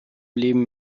leben